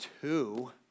two